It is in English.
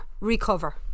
recover